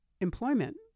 employment